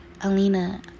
Alina